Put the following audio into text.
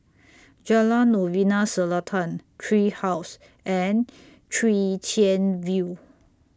Jalan Novena Selatan Tree House and Chwee Chian View